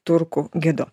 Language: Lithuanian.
turku gidu